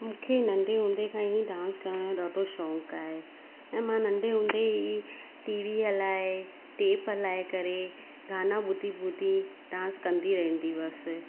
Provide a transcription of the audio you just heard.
मूंखे नंढे हूंदे खां डांस करण जो ॾाढो शौंक़ु आहे ऐं मां नंढे हूंदे ई टीवी हलाइ टेप हलाइ करे गाना ॿुधी ॿुधी डांस कंदी रहंदी हुअसि